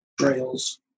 trails